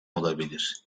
olabilir